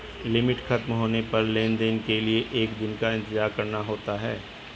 limit खत्म होने पर लेन देन के लिए एक दिन का इंतजार करना होता है